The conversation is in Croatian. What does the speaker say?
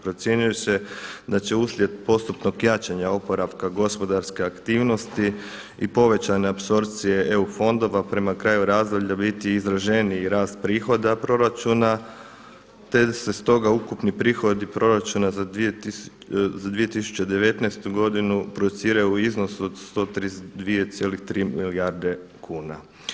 Procjenjuje se da će uslijed postupnog jačanja oporavka gospodarske aktivnosti i povećane apsorpcije EU fondova prema kraju razdoblja biti izraženiji rast prihoda proračuna, te se stoga ukupni prihodi proračuna za 2018. godinu projiciraju u iznosu od 132,3 milijarde kuna.